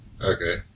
Okay